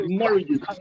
marriages